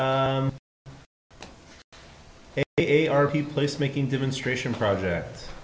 the place making demonstration project